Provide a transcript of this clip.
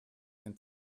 den